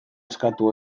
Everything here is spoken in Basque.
eskatu